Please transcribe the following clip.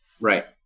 Right